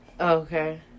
okay